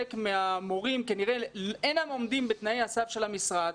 מהמורים כנראה אינם עומדים בתנאי הסף של המשרד,